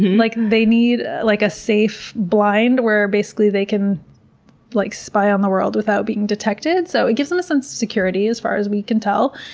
like they need like a safe blind where, basically, they can like spy on the world without being detected. so it gives them a sense of security as far as we can tell.